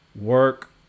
work